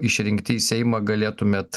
išrinkti į seimą galėtumėt